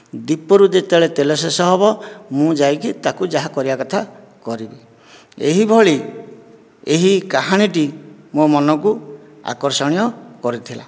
ଦୀପରୁ ଯେତେବେଳେ ତେଲ ଶେଷ ହେବ ମୁଁ ଯାଇକି ତାକୁ ଯାହା କରିବା କଥା କରିବି ଏହିଭଳି ଏହି କାହାଣୀଟି ମୋ ମନକୁ ଆକର୍ଷଣୀୟ କରିଥିଲା